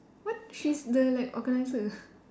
what she's the like organiser